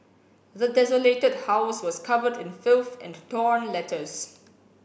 the desolated house was covered in filth and torn letters